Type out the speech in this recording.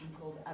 called